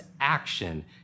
action